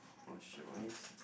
posture wise